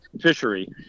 fishery